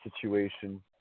situation